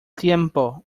tiempo